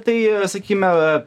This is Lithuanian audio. tai sakykime